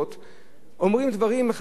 אומרים דברים לא אמיתיים,